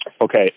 Okay